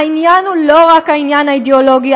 העניין הוא לא רק העניין האידיאולוגי,